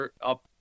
up